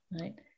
right